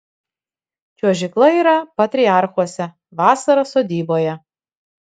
čiuožykla yra patriarchuose vasara sodyboje